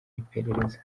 iperereza